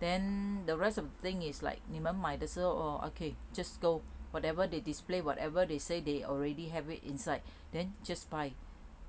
then the rest of thing is like 你们买的时候 orh okay just go whatever they display whatever they say they already have it inside then just buy